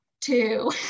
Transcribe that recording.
two